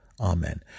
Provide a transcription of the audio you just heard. Amen